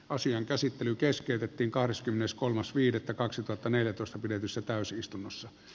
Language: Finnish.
asian käsittely keskeytettiin kahdeskymmeneskolmas viidettä kaksituhattaneljätoista pidetyssä täysistunnossa